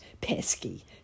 Pesky